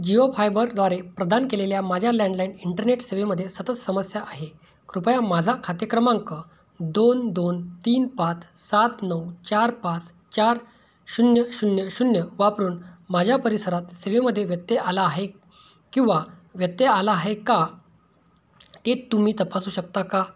जिओ फायबरद्वारे प्रदान केलेल्या माझ्या लँडलाईन इंटरनेट सेवेमध्ये सतत समस्या आहे कृपया माझा खाते क्रमांक दोन दोन तीन पाच सात नऊ चार पाच चार शून्य शून्य शून्य वापरून माझ्या परिसरात सेवेमध्ये व्यत्यय आला आहे किंवा व्यत्यय आला आहे का ते तुम्ही तपासू शकता का